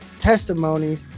testimony